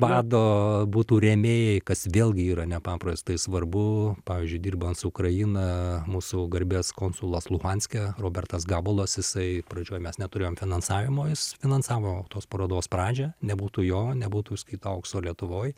pado būtų rėmėjai kas vėlgi yra nepaprastai svarbu pavyzdžiui dirbant su ukraina mūsų garbės konsulas luhanske robertas gabalas jisai pradžioj mes neturėjom finansavimo jis finansavo tos parodos pradžia nebūtų jo nebūtų skitų aukso lietuvoj